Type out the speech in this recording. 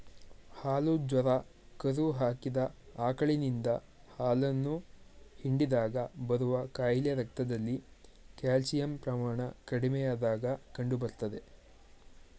ಹಾಲು ಜ್ವರ ಕರು ಹಾಕಿದ ಆಕಳಿನಿಂದ ಹಾಲನ್ನು ಹಿಂಡಿದಾಗ ಬರುವ ಕಾಯಿಲೆ ರಕ್ತದಲ್ಲಿ ಕ್ಯಾಲ್ಸಿಯಂ ಪ್ರಮಾಣ ಕಡಿಮೆಯಾದಾಗ ಕಂಡುಬರ್ತದೆ